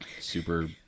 super